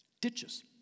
Ditches